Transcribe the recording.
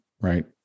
Right